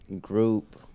group